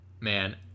Man